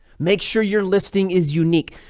make sure your listing is unique,